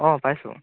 অঁ পাইছোঁ